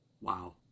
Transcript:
Wow